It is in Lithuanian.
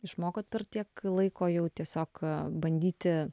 išmokot per tiek laiko jau tiesiog bandyti